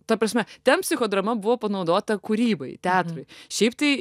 ta prasme ten psichodrama buvo panaudota kūrybai teatrui šiaip tai